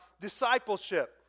discipleship